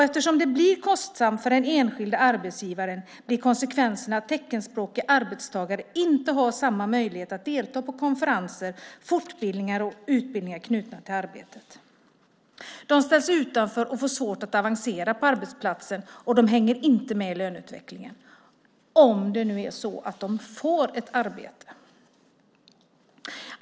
Eftersom det blir kostsamt för den enskilde arbetsgivaren blir konsekvenserna att teckenspråkiga arbetstagare inte har samma möjlighet att delta i konferenser, fortbildningar och utbildningar knutna till arbetet. De ställs utanför och får svårt att avancera på arbetsplatsen, och de hänger inte med i löneutvecklingen - om de får ett arbete.